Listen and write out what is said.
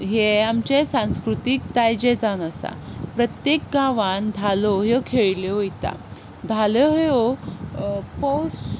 हे आमचे सांस्कृतीक दायज जावन आसा प्रत्येक गांवांत धालो हो खेळिल्लो वता धालो हो पौश